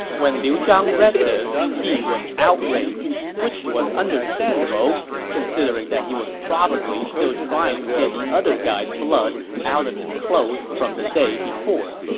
when liu zhang read this, he was outraged, which is understandable considering that he was probably still trying to get the other guy's blood out of his clothes from the day before,